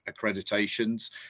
accreditations